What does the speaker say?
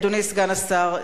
אדוני סגן השר,